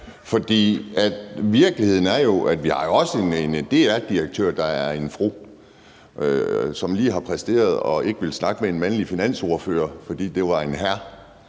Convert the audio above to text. at vi har en DR-direktør, der er en fru, og som lige har præsteret ikke at ville snakke med en mandlig finansordfører, fordi det var en hr.